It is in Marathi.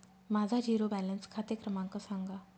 माझा झिरो बॅलन्स खाते क्रमांक सांगा